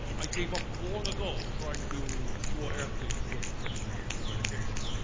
i gave up long ago trying to cure athlete's foot with topical medication.